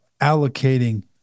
allocating